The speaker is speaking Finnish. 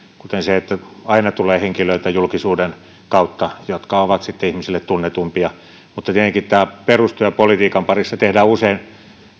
kuten se että aina tulee henkilöitä julkisuuden kautta jotka ovat sitten ihmisille tunnetumpia mutta tietenkin tämä perustyö politiikan parissa tehdään usein